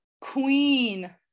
queen